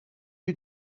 you